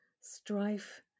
strife